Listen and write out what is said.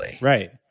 right